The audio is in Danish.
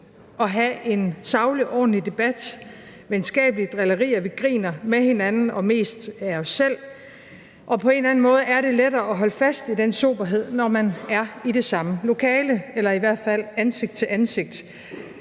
at have en saglig og ordentlig debat, venskabelige drillerier, vi griner med hinanden og mest ad os selv, og på en eller anden måde er det lettere at holde fast i den soberhed, når man er i det samme lokale eller i hvert fald ansigt til ansigt.